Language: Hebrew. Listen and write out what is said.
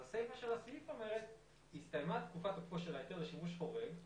הסיפה של הסעיף אומרת שהתקיימה תקופת תוקפו של ההיתר לשימוש חורג,